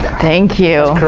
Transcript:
thank you.